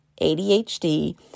ADHD